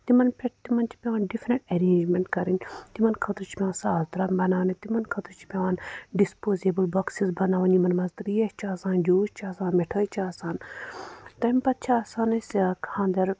تِمَن پٮ۪ٹھ تِمَن چھِ پٮ۪وان ڈِفرنٛٹ اٮ۪رینٛجمٮ۪نٛٹ کَرٕنۍ تِمَن خٲطرٕ چھِ پٮ۪وان سال ترٛامہِ بَناونہٕ تِمَن خٲطرٕ چھِ پٮ۪وان ڈِسپوزیبٕل بۄکسِز بَناوٕنۍ یِمَن منٛز ترٛیش چھُ آسان جیوٗس چھِ آسان مِٹھٲے چھِ آسان تَمہِ پَتہٕ چھِ آسان أسۍ خاندَر